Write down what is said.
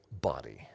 body